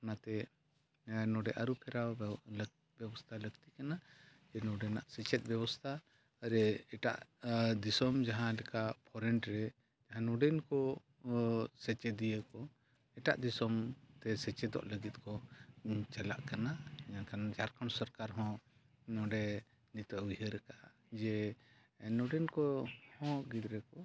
ᱚᱱᱟᱛᱮ ᱱᱚᱸᱰᱮ ᱟᱹᱨᱩ ᱯᱷᱮᱨᱟᱣ ᱫᱚ ᱞᱟᱹᱠᱛᱤ ᱵᱮᱵᱚᱥᱛᱷᱟ ᱞᱟᱹᱠᱛᱤ ᱠᱟᱱᱟ ᱡᱮ ᱱᱚᱸᱰᱮᱱᱟᱜ ᱥᱮᱪᱮᱫ ᱵᱮᱵᱚᱥᱛᱷᱟ ᱨᱮ ᱮᱴᱟᱜ ᱫᱤᱥᱚᱢ ᱡᱟᱦᱟᱸᱞᱮᱠᱟ ᱯᱷᱳᱨᱮᱱ ᱨᱮ ᱱᱚᱸᱰᱮᱱ ᱠᱚ ᱥᱮᱪᱮᱫᱤᱭᱟᱹ ᱠᱚ ᱮᱴᱟᱜ ᱫᱤᱥᱚᱢᱛᱮ ᱥᱮᱪᱮᱫᱚᱜ ᱞᱟᱹᱜᱤᱫ ᱠᱚ ᱪᱟᱞᱟᱜ ᱠᱟᱱᱟ ᱤᱱᱟᱹᱠᱷᱟᱱ ᱡᱷᱟᱲᱠᱷᱚᱸᱰ ᱥᱚᱨᱠᱟᱨ ᱦᱚᱸ ᱱᱚᱸᱰᱮ ᱱᱤᱛᱳᱜ ᱩᱭᱦᱟᱹᱨ ᱟᱠᱟᱫᱟᱭ ᱡᱮ ᱱᱚᱸᱰᱮᱱ ᱠᱚᱦᱚᱸ ᱜᱤᱫᱽᱨᱟᱹ ᱠᱚ